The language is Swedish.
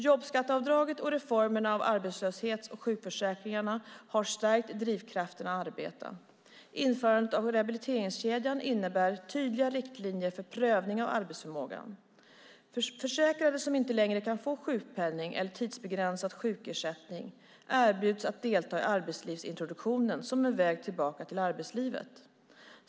Jobbskatteavdraget och reformerna av arbetslöshets och sjukförsäkringarna har stärkt drivkrafterna att arbeta. Införandet av rehabiliteringskedjan innebär tydliga riktlinjer för prövning av arbetsförmågan. Försäkrade som inte längre kan få sjukpenning eller tidsbegränsad sjukersättning erbjuds att delta i arbetslivsintroduktion som en väg tillbaka till arbetslivet.